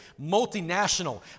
multinational